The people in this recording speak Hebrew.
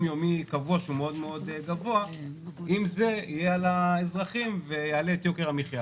יומי גבוה זה דבר שיגולגל על האזרחים ויעלה את יוקר המחייה?